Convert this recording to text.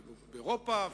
באירופה,